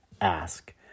ask